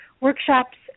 workshops